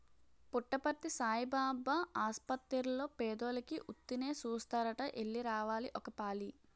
పుట్టపర్తి సాయిబాబు ఆసపత్తిర్లో పేదోలికి ఉత్తినే సూస్తారట ఎల్లి రావాలి ఒకపాలి